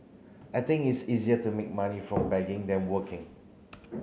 I think it's easier to make money from begging than working